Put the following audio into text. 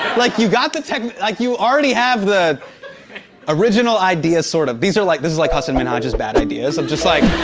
like, you got the tech like you already have the original idea sort of. these are like this is like, hasan minhaj's bad ideas, of just like